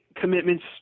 commitments